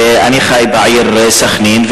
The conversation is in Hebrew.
אני חי בעיר סח'נין,